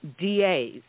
DAs